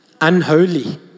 unholy